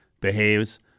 behaves